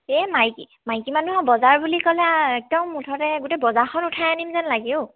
এই মাইকী মাইকী মানুহৰ বজাৰ বুলি ক'লে একদম মুঠতে গোটেই বজাৰখন উঠাই আনিম যেন লাগে অ'